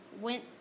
went